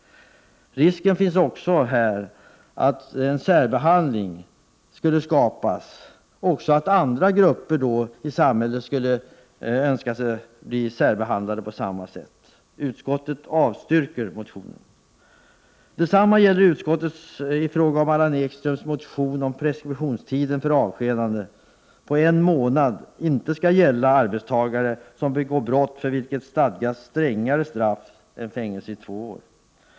Risken finns också att en särbehandling skulle skapa krav också från andra grupper i samhället att bli särbehandlade. Utskottet avstyrker motionen. Detsamma gör utskottet i fråga om Allan Ekströms motion om att preskriptionstiden för avskedande på en månad inte skall gälla då arbetstagare begår brott för vilket det stadgats strängare straff än fängelse i två år.